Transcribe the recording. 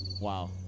Wow